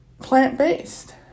plant-based